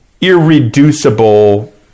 irreducible